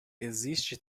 existe